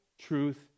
truth